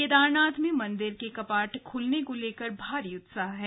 केदारनाथ में मंदिर के कपाट खुलने को लेकर भारी उत्साह है